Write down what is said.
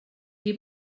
qui